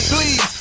Please